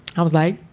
i was like,